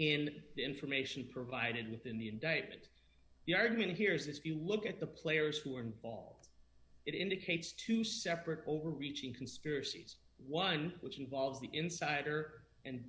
the information provided within the indictment the argument here is that if you look at the players who are in ball it indicates two separate overreaching conspiracies one which involves the insider and